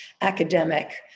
academic